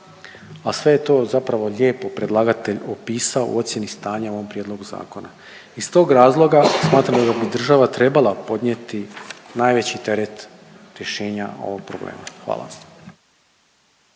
a sve je to zapravo lijepo predlagatelj opisao u ocijeni stanja u ovom prijedlogu zakona. Iz tog razloga smatram da bi država trebala podnijeti najveći teret rješenja ovog problema. Hvala.